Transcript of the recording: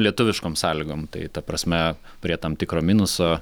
lietuviškom sąlygom tai ta prasme prie tam tikro minuso